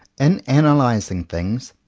in analyzing things,